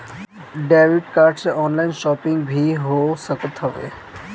debit card से online shopping भी हो सकत हवे